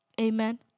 Amen